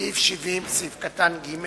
סעיף 70(ג)